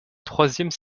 troisième